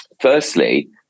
firstly